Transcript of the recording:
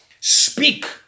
Speak